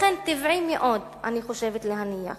לכן, טבעי מאוד, אני חושבת, להניח